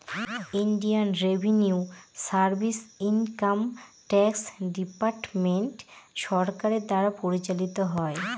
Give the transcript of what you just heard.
Indian revenue service income tax department সরকারের দ্বারা পরিচালিত হয়